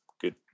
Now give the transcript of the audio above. good